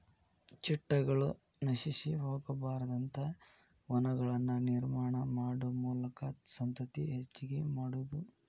ಚಿಟ್ಟಗಳು ನಶಿಸಿ ಹೊಗಬಾರದಂತ ವನಗಳನ್ನ ನಿರ್ಮಾಣಾ ಮಾಡು ಮೂಲಕಾ ಸಂತತಿ ಹೆಚಗಿ ಮಾಡುದು